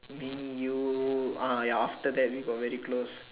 me you ah ya after that we got very close